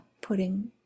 putting